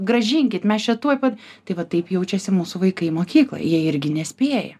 grąžinkit mes čia tuoj pat tai va taip jaučiasi mūsų vaikai mokykloj jie irgi nespėja